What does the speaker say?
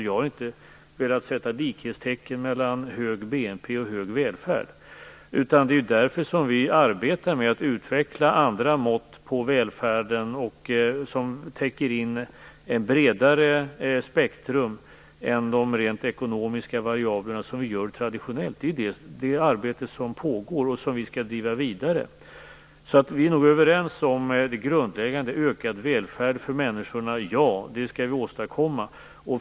Jag har inte velat sätta likhetstecken mellan hög BNP och hög välfärd. Det är ju därför som vi arbetar med att utveckla andra mått på välfärden, som täcker in ett bredare spektrum än de rent ekonomiska variablerna som vi traditionell använder. Detta är ett arbete som pågår och som vi skall driva vidare. Så vi är nog överens om det grundläggande: Ökad välfärd för människorna - ja, det skall vi åstadkomma.